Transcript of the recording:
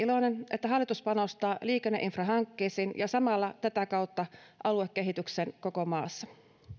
että hallitus panostaa liikenneinfrahankkeisiin ja samalla tätä kautta aluekehitykseen koko maassa